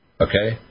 Okay